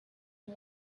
and